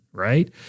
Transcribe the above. right